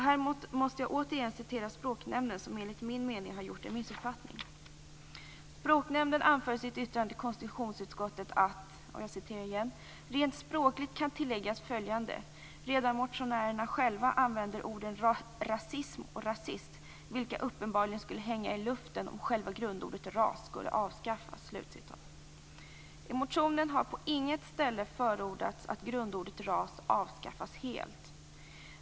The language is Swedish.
Här måste jag återigen citera Språknämnden som enligt min mening har gjort en missuppfattning. Språknämnden anför i sitt yttrande till konstitutionsutskottet: "Rent språkligt kan tilläggas följande. Redan motionärerna själva använder orden rasism och rasist, vilka uppenbarligen skulle hänga i luften om själva grundordet ras skulle avskaffas." I motionen har på inget ställe förordats att grundordet ras avskaffas helt.